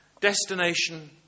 Destination